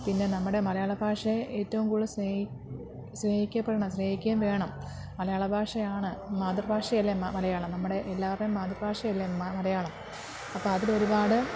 പിന്നെ നമ്മുടെ മലയാളഭാഷ ഏറ്റോം കൂടുതൽ സ്നേഹിക്ക സ്നേഹിക്കപ്പെടണം സ്നേഹിക്കുകയും വേണം മലയാള ഭാഷയാണ് മാതൃഭാഷയല്ലേ മലയാളം നമ്മുടെ എല്ലാവരുടെയും മാതൃഭാഷയല്ലേ മലയാളം അപ്പോൾ അതിലൊരുപാട്